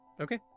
Okay